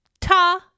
Ta